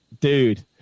dude